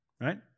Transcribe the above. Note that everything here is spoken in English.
right